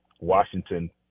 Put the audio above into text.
Washington